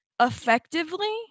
effectively